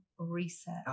reset